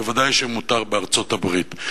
ודאי שמותר בארצות-הברית.